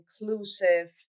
inclusive